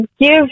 Give